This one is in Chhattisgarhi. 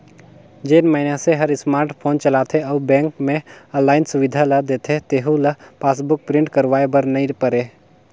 जेन मइनसे हर स्मार्ट फोन चलाथे अउ बेंक मे आनलाईन सुबिधा ल देथे तेहू ल पासबुक प्रिंट करवाये बर नई परे